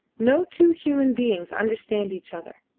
no two human beings understand each other.